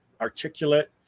articulate